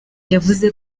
yavuze